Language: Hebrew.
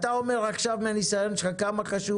אתה אומר עכשיו מהניסיון שלך כמה חשוב